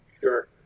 Sure